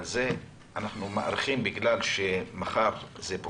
אבל את זה אנחנו מאריכים בגלל שמחר זה פוקע.